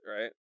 right